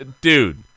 dude